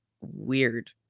weird